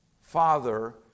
Father